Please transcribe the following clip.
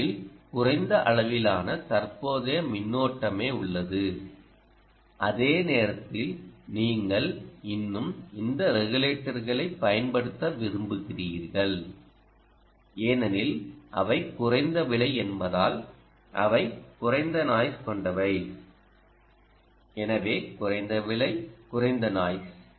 ஓவில் குறைந்த அளவிலான தற்போதைய மின்னோட்டமே உள்ளது அதே நேரத்தில் நீங்கள் இன்னும் இந்த ரெகுலேட்டர்களைப் பயன்படுத்த விரும்புகிறீர்கள் ஏனெனில் அவை குறைந்த விலை என்பதால் அவை குறைந்த நாய்ஸ் கொண்டவை எனவே குறைந்த விலை குறைந்த நாய்ஸ்